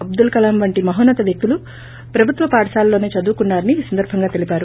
అబ్గుల్ కలాం వంటి మహోన్నత వ్యక్తులు ప్రభుత్వ పాఠశాలలోనే చదువుకున్నారని ఈ సందర్బం గా తెలిపారు